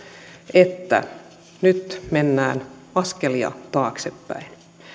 että nyt mennään askelia taaksepäin